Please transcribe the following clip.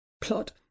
plot